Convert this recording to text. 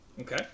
Okay